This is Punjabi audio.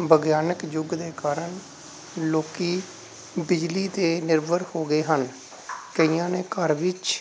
ਵਿਗਿਆਨਿਕ ਯੁੱਗ ਦੇ ਕਾਰਣ ਲੋਕ ਬਿਜਲੀ 'ਤੇ ਨਿਰਭਰ ਹੋ ਗਏ ਹਨ ਕਈਆਂ ਨੇ ਘਰ ਵਿੱਚ